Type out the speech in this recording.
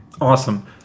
Awesome